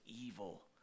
evil